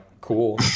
cool